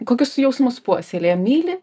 kokius jausmus puoselėja myli